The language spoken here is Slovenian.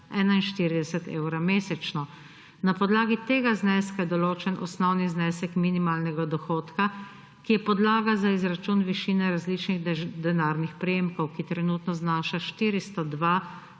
evra mesečno. Na podlagi tega zneska je določen osnovni znesek minimalnega dohodka, ki je podlaga za izračun višine različnih denarnih prejemkov, ta trenutno znaša 402,18